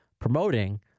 promoting